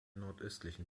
nordöstlichen